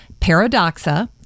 Paradoxa